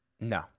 No